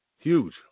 Huge